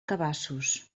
cabassos